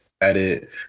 edit